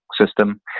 System